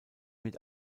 mit